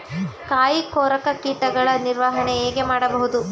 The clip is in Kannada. ಕಾಯಿ ಕೊರಕ ಕೀಟಗಳ ನಿರ್ವಹಣೆ ಹೇಗೆ ಮಾಡಬಹುದು?